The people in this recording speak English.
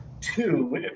two